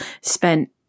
spent